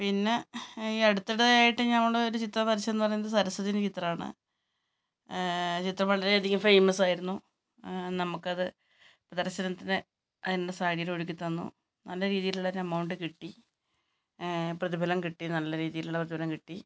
പിന്നെ ഈ അടുത്തായിട്ട് ഞങ്ങളൊര് ചിത്രം വരച്ചെന്ന് പറയുന്നത് സരസ്വതീൻ്റെ ചിത്രമാണ് ചിത്രം വളരെയധികം ഫേമസ് ആയിരുന്നു നമുക്കത് പ്രദർശനത്തിന് അത് എൻ്റെ സാരിയിൽ ഒഴുക്കി തന്നു നല്ല രീതിയിൽ ഉള്ള എമൗണ്ട് കിട്ടി പ്രതിഫലം കിട്ടി അതിന് നല്ല രീതിയിലുള്ള പ്രതിഫലം കിട്ടി